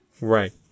Right